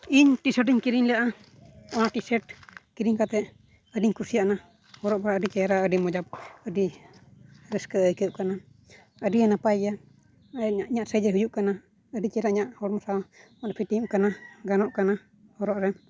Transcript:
ᱤᱧ ᱴᱤᱼᱥᱟᱨᱴ ᱤᱧ ᱠᱤᱨᱤᱧ ᱞᱮᱫᱟ ᱚᱱᱟ ᱴᱤᱼᱥᱟᱨᱴ ᱠᱤᱨᱤᱧ ᱠᱟᱛᱮᱫ ᱟᱹᱰᱤᱧ ᱠᱩᱥᱤᱭᱟᱜ ᱦᱚᱨᱚᱜ ᱵᱟᱲᱟ ᱟᱹᱰᱤ ᱪᱮᱦᱨᱟ ᱟᱹᱰᱤ ᱢᱚᱡᱟ ᱟᱹᱰᱤ ᱨᱟᱹᱥᱠᱟᱹ ᱟᱹᱭᱠᱟᱹᱜ ᱠᱟᱱᱟ ᱟᱹᱰᱤ ᱱᱟᱯᱟᱭ ᱜᱮᱭᱟ ᱤᱧᱟᱹᱜ ᱥᱟᱹᱭᱤᱡᱽ ᱨᱮ ᱦᱩᱭᱩᱜ ᱠᱟᱱᱟ ᱟᱹᱰᱤ ᱪᱮᱦᱨᱟ ᱤᱧᱟᱹᱜ ᱦᱚᱲᱢᱚ ᱥᱟᱶ ᱯᱷᱤᱴᱤᱝᱼᱚᱜ ᱠᱟᱱᱟ ᱜᱟᱱᱚᱜ ᱠᱟᱱᱟ ᱦᱚᱨᱚᱜ ᱨᱮ